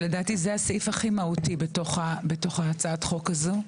שלדעתי זה הסעיף הכי מהותי בתוך הצעת חוק הזו,